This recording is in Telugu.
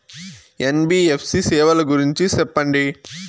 ఎన్.బి.ఎఫ్.సి సేవల గురించి సెప్పండి?